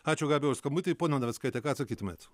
ačiū gabija už skambutį ponia navickaite ką atsakytumėt